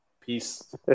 Peace